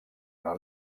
una